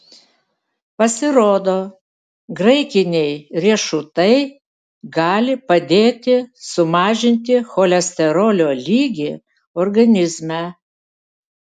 pasirodo graikiniai riešutai gali padėti sumažinti cholesterolio lygį organizme